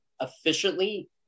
efficiently